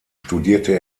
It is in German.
studierte